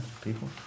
people